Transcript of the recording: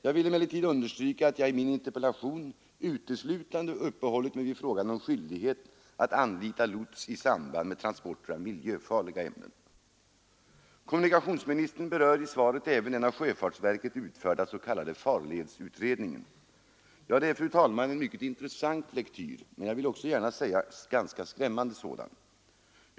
Jag vill emellertid understryka att jag i min interpellation uteslutande uppehållit mig vid frågan om skyldighet att anlita lots i samband med transporter av miljöfarliga ämnen. Kommunikationsministern berör i svaret även den av sjöfartsverket utförda s.k. farledsutredningen. Det är, fru talman, en intressant lektyr men — det vill jag också säga — en ganska skrämmande sådan.